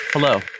Hello